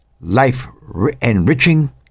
life-enriching